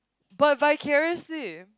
but by vicarously